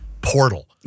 portal